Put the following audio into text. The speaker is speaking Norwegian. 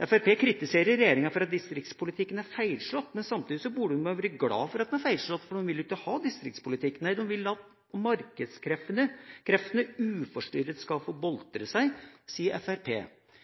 Fremskrittspartiet kritiserer regjeringa for at distriktspolitikken er feilslått, men samtidig burde de være glad for at den er feilslått, for de vil ikke ha distriktspolitikk. Nei, Fremskrittspartiet vil at markedskreftene uforstyrret skal få boltre seg. Det er viktig å foredle eller i enda større grad dyrke folks frie valg, sier